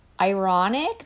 ironic